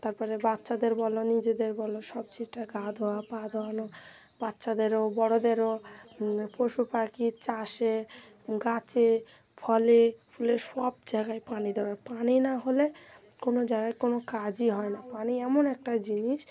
তার পরে বাচ্চাদের বলো নিজেদের বলো সবজিটা গা ধোয়া পা ধোয়ানো বাচ্চাদেরও বড়দেরও পশু পাখি চাষে গাছে ফলে ফুলে সব জায়গায় পানি দরকার পানি না হলে কোনো জায়গায় কোনো কাজই হয় না পানি এমন একটা জিনিস